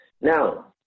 Now